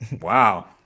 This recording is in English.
Wow